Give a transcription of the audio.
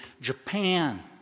Japan